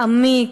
מעמיק.